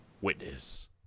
Witness